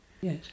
Yes